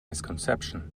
misconception